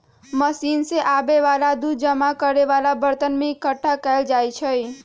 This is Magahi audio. मशीन से आबे वाला दूध जमा करे वाला बरतन में एकट्ठा कएल जाई छई